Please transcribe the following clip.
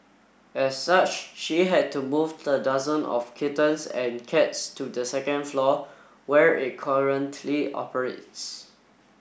as such she had to move the dozen of kittens and cats to the second floor where it currently operates